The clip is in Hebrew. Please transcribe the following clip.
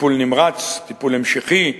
טיפול נמרץ, טיפול המשכי,